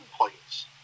points